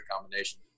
combination